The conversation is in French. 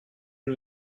une